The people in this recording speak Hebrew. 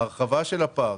ההרחבה של הפארק,